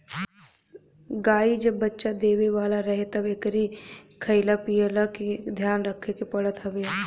गाई जब बच्चा देवे वाला रहे तब एकरी खाईला पियला के ध्यान रखे के पड़त हवे